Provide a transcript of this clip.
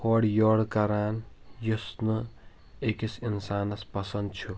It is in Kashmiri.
ہورٕ یورِٕ کَران یُس نہٕ أکِس اِنسانَس پَسنٛد چھُ